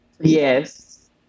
Yes